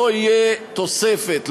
לא תהיה תוספת,